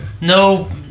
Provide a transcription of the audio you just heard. No